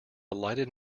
lighted